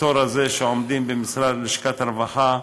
התור הזה שעומדים בו במשרד לשכת הרווחה,